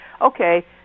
okay